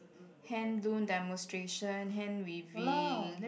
hand do demonstration hand weaving